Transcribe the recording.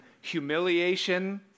Humiliation